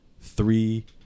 three